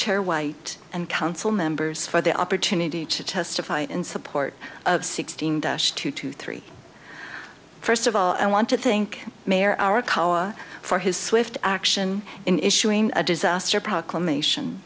chair white and council members for the opportunity to testify in support of sixteen dash two to three first of all i want to think mayor our cholera for his swift action in issuing a disaster proclamation